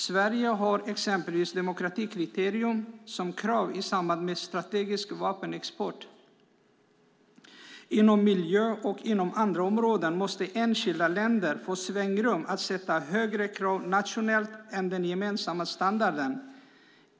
Sverige har exempelvis ett demokratikriterium som krav i samband med export av strategiska vapen. Inom både miljöområdet och andra områden måste enskilda länder få svängrum när det gäller att ställa högre krav nationellt än den gemensamma standarden.